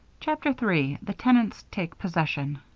chapter three the tenants take possession